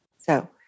So-